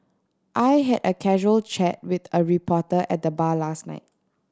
I had a casual chat with a reporter at the bar last night